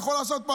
ויכול לעשות פה,